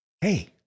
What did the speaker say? hey